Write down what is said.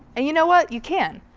and you know what? you can!